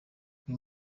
uyu